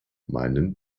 meinen